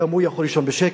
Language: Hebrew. גם הוא יכול לישון בשקט.